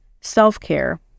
self-care